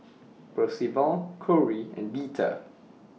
Percival Cori and Veta